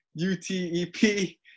UTEP